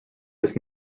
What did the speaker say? this